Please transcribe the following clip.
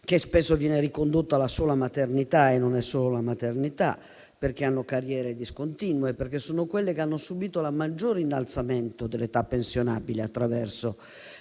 il primo viene ricondotto alla sola maternità, ma non è solo la maternità. Le donne hanno carriere discontinue e sono quelle che hanno subito il maggior innalzamento dell'età pensionabile attraverso